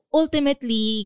ultimately